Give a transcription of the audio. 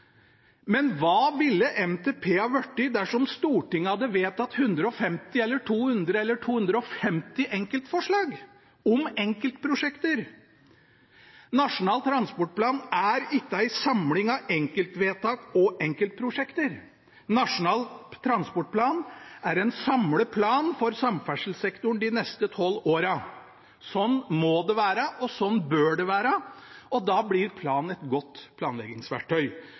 men hva ville NTP ha blitt dersom Stortinget hadde vedtatt 150 eller 200 eller 250 enkeltforslag om enkeltprosjekter? Nasjonal transportplan er ikke en samling av enkeltvedtak og enkeltprosjekter. Nasjonal transportplan er en samleplan for samferdselssektoren de neste tolv årene. Sånn må det være, og sånn bør det være. Da blir planen et godt planleggingsverktøy.